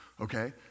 Okay